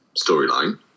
storyline